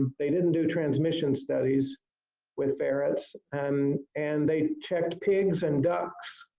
um they didn't do transmission studies with ferrets and and they checked pigs and ducks